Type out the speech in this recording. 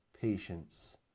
patience